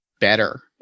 better